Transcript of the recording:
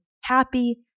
happy